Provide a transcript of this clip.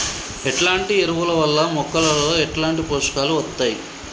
ఎట్లాంటి ఎరువుల వల్ల మొక్కలలో ఎట్లాంటి పోషకాలు వత్తయ్?